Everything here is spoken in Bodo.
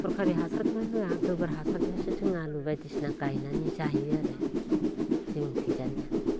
सरखारि हासारखौनो होया गोबोर हासारजों जों आलु बायदिसिना गायनानै जायो आरो जों ओंख्रि जानाया